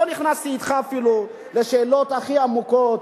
אפילו לא נכנסתי אתך לשאלות הכי עמוקות,